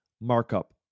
markup